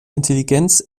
intelligenz